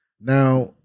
Now